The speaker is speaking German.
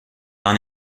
war